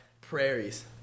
prairies